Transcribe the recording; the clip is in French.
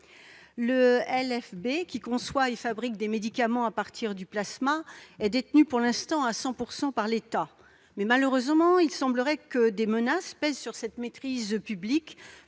Le LFB, qui conçoit et fabrique des médicaments à partir de plasma, est détenu pour l'instant à 100 % par l'État. Malheureusement, il semblerait que des menaces pèsent sur cette maîtrise publique